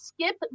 skip